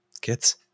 kids